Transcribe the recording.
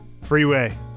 freeway